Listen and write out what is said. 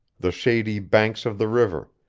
the shady banks of the river,